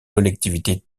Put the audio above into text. collectivités